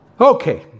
Okay